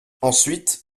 ensuite